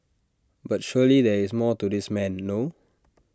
but surely there is more to this man no